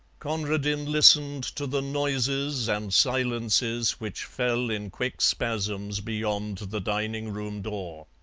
conradin listened to the noises and silences which fell in quick spasms beyond the dining-room door.